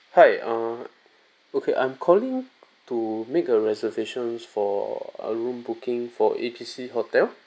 hi err okay I'm calling to make a reservations for a room booking for ABC hotel